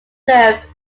served